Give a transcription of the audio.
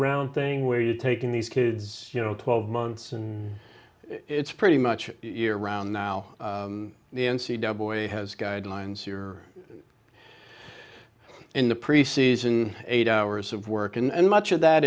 round thing where you taking these kids you know twelve months and it's pretty much year round now the n c double way has guidelines you're in the pre season eight hours of work and much of that